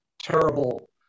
terrible